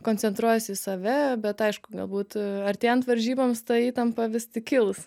koncentruojuosi į save bet aišku galbūt artėjant varžyboms ta įtampa vis kils